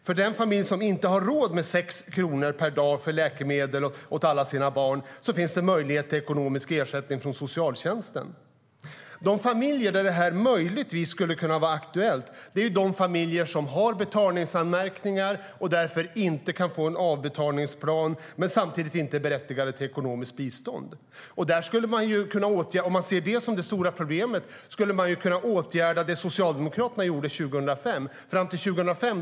För den familj som inte har råd med 6 kronor per dag för läkemedel åt alla sina barn finns det möjlighet till ekonomisk ersättning från socialtjänsten. Om det ses som det stora problemet skulle vi kunna åtgärda det på det sätt som Socialdemokraterna gjorde fram till 2005.